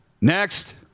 Next